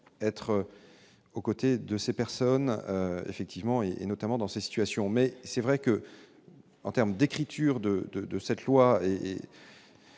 être aux côtés de ces personnes, effectivement, et notamment dans ces situations, mais c'est vrai que, en terme d'écriture de de de cette loi et,